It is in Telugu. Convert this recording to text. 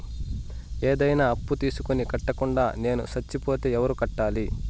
ఏదైనా అప్పు తీసుకొని కట్టకుండా నేను సచ్చిపోతే ఎవరు కట్టాలి?